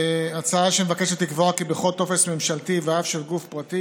הצעה שמבקשת לקבוע כי בכל טופס ממשלתי ואף של גוף פרטי